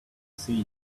see